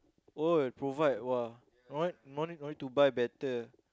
oh provide !wah! no need no need no need to buy better